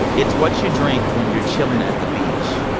it's what you drink when you're chilling at the beach,